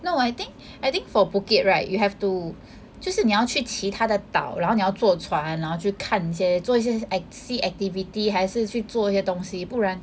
no I think I think for Phuket right you have to 就是你要去其他的岛然后你要坐船然后去看一些做一些 act~ sea activity 还是去做一些东西不然